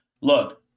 look